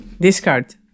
discard